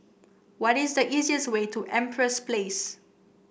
what is the easiest way to Empress Place